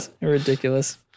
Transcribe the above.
ridiculous